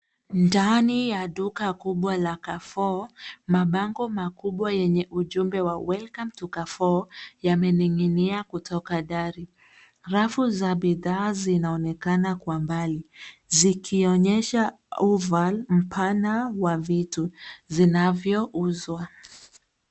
Ndani ya duka kubwa la Carrefour, mabango makubwa yenye ujumbe wa welcome to Carrefour yamening'inia kutoka dari. Rafu za bidhaa zinaonekana kwa mbali zikionyesha oval mpana wa vitu zinavyouzwa.